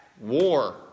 war